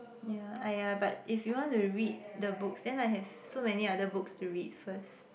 yeah !aiya! but if you want to read the books then I have so many other books to read first